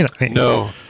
No